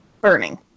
Burning